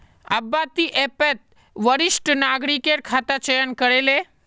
अब्बा ती ऐपत वरिष्ठ नागरिकेर खाता चयन करे ले